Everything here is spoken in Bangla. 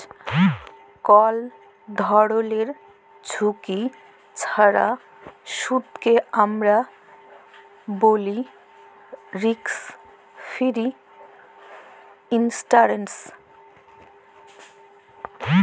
কল ধরলের ঝুঁকি ছাড়া সুদকে আমরা ব্যলি রিস্ক ফিরি ইলটারেস্ট